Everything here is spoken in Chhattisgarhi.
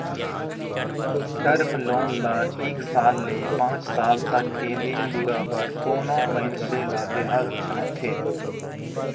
टर्म लोन ल एक साल ले पांच साल तक के दिन दुरा बर कोनो मइनसे ल देहल जाथे